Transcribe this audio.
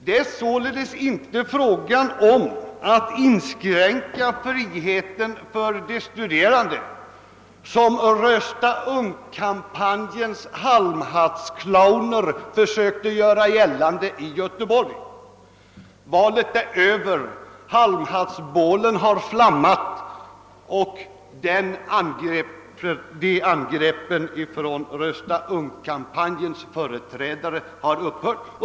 Det är således inte fråga om att inskränka friheten för de studerande, som Rösta ungt-kampanjens halmhattsclowner försökte göra gällande i Göteborg. Valet är över, halmhattsbålen har flammat och dessa angrepp från Rösta ungt-kampanjens företrädare har upphört.